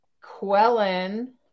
Quellen